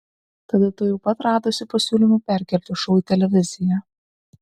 tada tuojau pat radosi pasiūlymų perkelti šou į televiziją